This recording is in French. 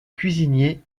cuisinier